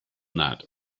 that